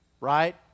Right